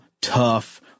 tough